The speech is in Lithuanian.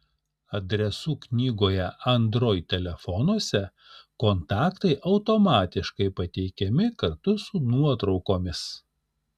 adresų knygoje android telefonuose kontaktai automatiškai pateikiami kartu su nuotraukomis